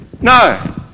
No